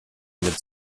eine